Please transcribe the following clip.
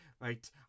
Right